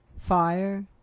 Fire